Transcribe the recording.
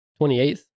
28th